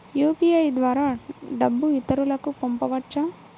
UPI ద్వారా డబ్బు ఇతరులకు పంపవచ్చ?